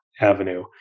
avenue